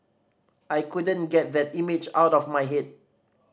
I couldn't get that image out of my head